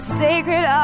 sacred